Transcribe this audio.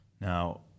Now